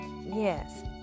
Yes